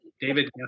David